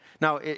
Now